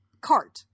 cart